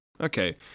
okay